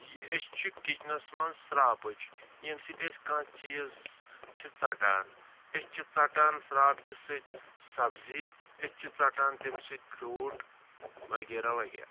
أسۍ چھُ کِچنَس منٛز شراپٕچ ییٚمہِ سۭتۍ أسۍ کانہہ چیٖز چھِ ژَٹان أسۍ چھِ ژَٹان شراپچہِ سۭتۍ سَبزی أسۍ چھِ ژَٹان تَمہِ سۭتۍ فروٗٹ وغیرہ وغیرہ